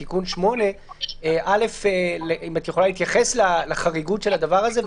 בתיקון 8. אם את יכולה להתייחס לחריגות של הדבר הזה,